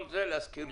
כל זה להזכיר.